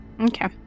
Okay